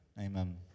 Amen